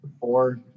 Four